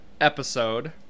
episode